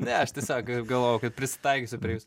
ne aš tiesiog galvojau kad prisitaikysiu prie jūsų